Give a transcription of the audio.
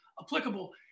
applicable